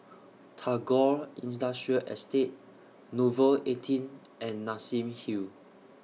Tagore Industrial Estate Nouvel eighteen and Nassim Hill